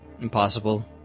impossible